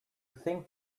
think